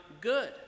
good